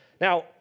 now